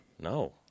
No